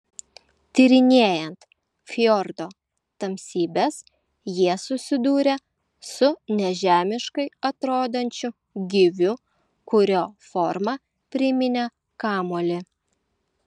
tyrinėjant fjordo tamsybes jie susidūrė su nežemiškai atrodančiu gyviu kurio forma priminė kamuolį